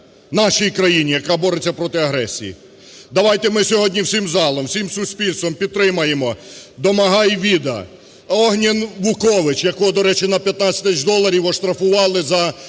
нашій країні, яка бореться проти агресії. Давайте ми сьогодні всім залом, всім суспільством підтримаємо Домагоя Віда, Огнена Вукоєвича, якого, до речі, на 15 тисяч доларів оштрафували за